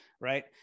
Right